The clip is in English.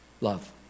love